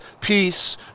peace